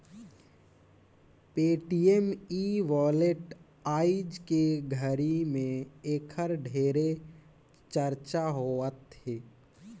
Paytm e wallet आयज के घरी मे ऐखर ढेरे चरचा होवथे